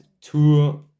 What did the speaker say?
two